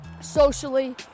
socially